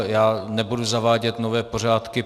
Já nebudu zavádět nové pořádky.